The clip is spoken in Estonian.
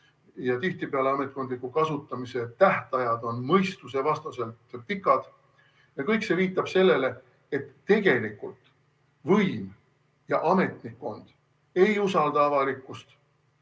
Ja tihtipeale ametkondliku kasutamise tähtajad on mõistusevastaselt pikad. Kõik see viitab sellele, et tegelikult võim, ametnikkond ei usalda avalikkust,